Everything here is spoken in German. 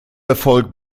erfolg